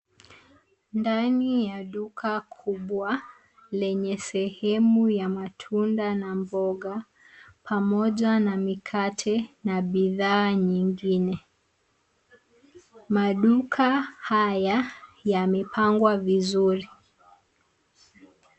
Ndani ya duka kubwa lenye sehemu ya matunda na mboga pamoja na mikate na bidhaa nyingine. Maduka haya yamepangwa vizuri.